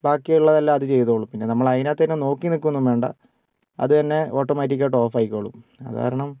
ബാക്കി ഉള്ളതെല്ലാം അത് ചെയ്തോളും പിന്നെ നമ്മൾ അതിനകത്തുതന്നെ നോക്കി നിൽക്കുകയൊന്നും വേണ്ട അതു തന്നെ ഓട്ടോമാറ്റിക്കായിട്ട് ഓഫ് ആയിക്കോളും കാരണം